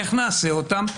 איך נעשה אותם?